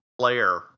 player